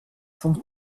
son